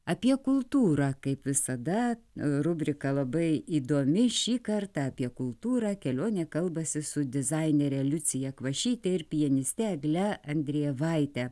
apie kultūrą kaip visada rubriką labai įdomiai šį kartą apie kultūrą kelionę kalbasi su dizainere liucija kvašyte ir pianiste egle andrejevaite